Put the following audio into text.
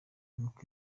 nuko